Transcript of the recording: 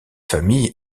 famille